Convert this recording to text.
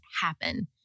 happen